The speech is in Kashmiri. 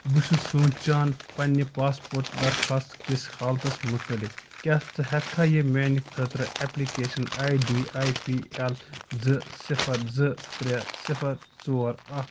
بہٕ چھُس سونٛچان پننہِ پاسپورٹ درخوٛاستکِس حالتس متعلق کیٛاہ ژٕ ہیٚکہٕ کھا یہِ میٛانہِ خٲطرٕ application A D A P L زٕ صِفر زٕ ترٛےٚ صِفر ژور اکھ